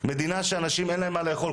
מדינה שלאנשים אין מה לאכול,